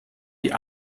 die